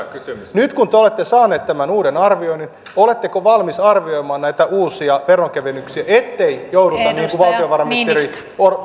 nyt kun te olette saaneet tämän uuden arvioinnin oletteko valmiit arvioimaan näitä uusia veronkevennyksiä ettei jouduta niin kuin valtiovarainministeri